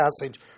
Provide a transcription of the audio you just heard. passage